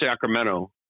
Sacramento